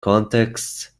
contexts